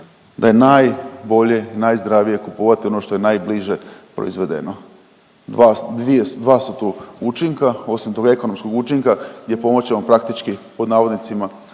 da je najbolje i najzdravije kupovati ono što je najbliže proizvedeno. Dva, dvije, dva su tu učinka, osim tog ekonomskog učinka gdje pomoći ćemo praktički pod navodnicima